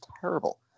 terrible